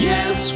Yes